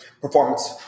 performance